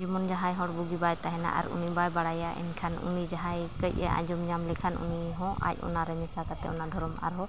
ᱡᱮᱢᱚᱱ ᱡᱟᱦᱟᱸᱭ ᱦᱚᱲ ᱵᱩᱜᱤ ᱵᱟᱭ ᱛᱟᱦᱮᱱᱟ ᱟᱨ ᱩᱱᱤ ᱵᱟᱭ ᱵᱟᱲᱟᱭᱟ ᱮᱱᱠᱷᱟᱱ ᱩᱱᱤ ᱡᱟᱦᱟᱸᱭ ᱠᱟᱹᱡ ᱮ ᱟᱸᱡᱚᱢ ᱧᱟᱢ ᱞᱮᱠᱷᱟᱱ ᱩᱱᱤ ᱦᱚᱸ ᱟᱡ ᱚᱱᱟᱨᱮ ᱢᱮᱥᱟ ᱠᱟᱛᱮᱫ ᱚᱱᱟ ᱫᱷᱚᱨᱚᱢ ᱟᱨᱦᱚᱸ